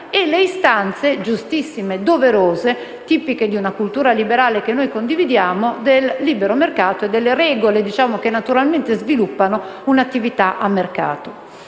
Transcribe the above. e le istanze, giustissime e doverose, tipiche della cultura liberale che condividiamo, del libero mercato e delle regole, che naturalmente sviluppano un'attività nel mercato.